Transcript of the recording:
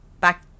back